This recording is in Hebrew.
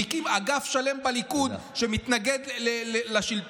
הוא הקים אגף שלם בליכוד שמתנגד לשלטון,